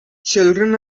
children